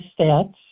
stats